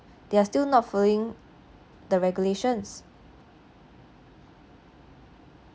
they are still not following the regulations